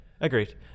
Agreed